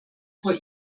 vor